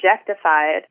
objectified